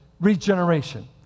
Regeneration